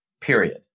period